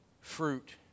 fruit